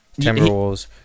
Timberwolves